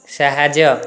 ସାହାଯ୍ୟ